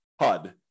HUD